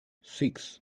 six